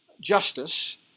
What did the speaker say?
justice